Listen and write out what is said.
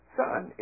son